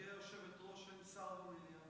גברתי היושבת-ראש, אין שר במליאה.